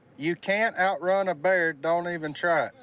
you can't outrun a bear. don't even try it.